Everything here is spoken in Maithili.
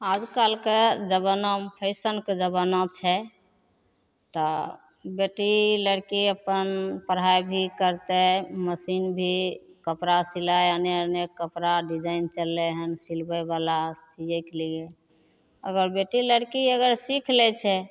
आजकलके जमानामे फैशनके जमाना छै तऽ बेटी लड़की अपन पढ़ाइ भी करतै मशीन भी कपड़ा सिलाइ अनेक अनेक कपड़ा डिजाइन चलले हँ सिलबैवला सिएके लिए अगर बेटी लड़की अगर सिखि लै छै